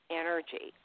energy